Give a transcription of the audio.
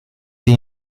die